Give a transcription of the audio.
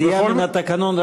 סטייה מהתקנון,